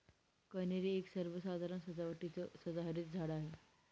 कन्हेरी एक सर्वसाधारण सजावटीचं सदाहरित झाड आहे